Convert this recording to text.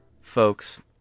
Folks